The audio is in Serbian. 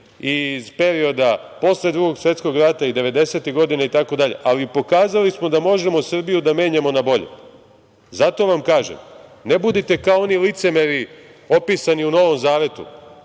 iz perioda posle Drugog svetskog rata i devedesetih godina itd. Ali, pokazali smo da možemo Srbiju da menjamo na bolje. Zato vam kažem, ne budite kao oni licemeri, opisani u Novom zavetu,